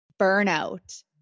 burnout